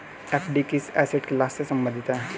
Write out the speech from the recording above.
FD किस asset class से संबंधित है?